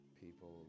People